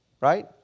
right